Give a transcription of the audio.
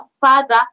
father